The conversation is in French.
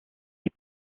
est